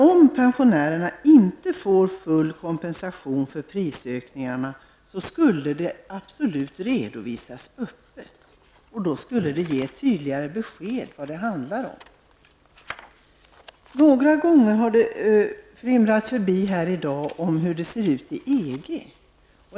Om pensionärerna inte får full kompensation för prisökningarna borde det naturligtvis redovisas öppet. Det skulle ge tydliga besked om vad det handlar om. Några gånger här i dag har man hastigt berört hur det ser ut i EG.